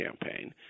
campaign